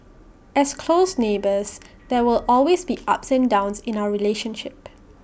as close neighbours there will always be ups and downs in our relationship